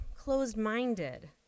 closed-minded